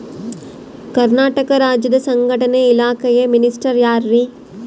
ಕರ್ನಾಟಕ ರಾಜ್ಯದ ಸಂಘಟನೆ ಇಲಾಖೆಯ ಮಿನಿಸ್ಟರ್ ಯಾರ್ರಿ?